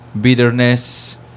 bitterness